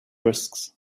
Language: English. risks